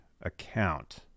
account